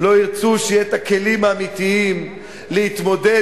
לא ירצה שיהיו הכלים האמיתיים להתמודד